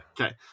Okay